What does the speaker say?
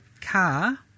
car